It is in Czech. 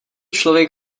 člověk